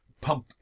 pump